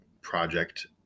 project